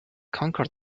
conquer